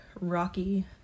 rocky